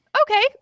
okay